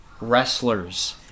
wrestlers